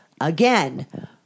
again